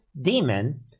demon